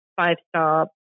five-star